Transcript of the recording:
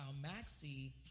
Maxie